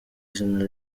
izina